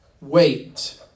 Wait